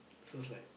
so is like